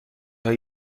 هایی